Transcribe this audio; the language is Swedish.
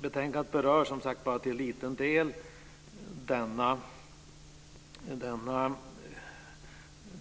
Betänkandet berör bara till liten del